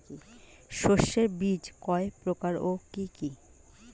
শস্যের বীজ কয় প্রকার ও কি কি?